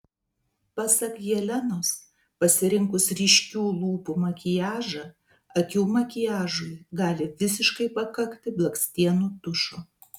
pasak jelenos pasirinkus ryškių lūpų makiažą akių makiažui gali visiškai pakakti blakstienų tušo